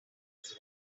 wise